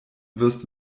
wirst